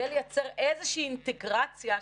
שני לאשר או להצביע על תקופה קצרה יותר,